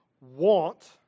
want